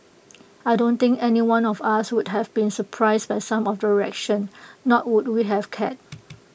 I don't think anyone of us would have been surprised by some of the reaction nor would we have cared